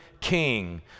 king